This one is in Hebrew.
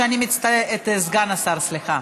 את סגן השר סליחה,